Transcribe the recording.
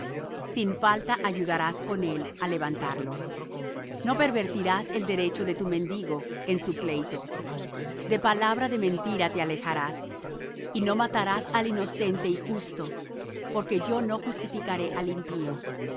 sin falta ayudarás con él á levantarlo no pervertirás el derecho de tu mendigo en su pleito de palabra de mentira te alejarás y no matarás al inocente y justo porque yo no justificaré al impío